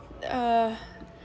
uh